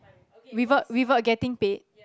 without without getting paid